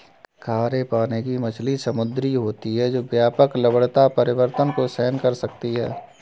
खारे पानी की मछलियाँ समुद्री होती हैं जो व्यापक लवणता परिवर्तन को सहन कर सकती हैं